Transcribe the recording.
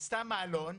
עשתה מעלון,